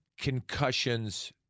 concussions